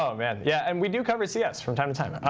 oh man. yeah, and we do cover cs from time to time.